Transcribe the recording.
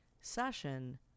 session